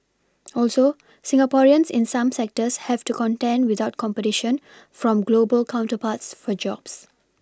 also Singaporeans in some sectors have to contend without competition from global counterparts for jobs